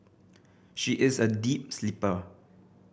she is a deep sleeper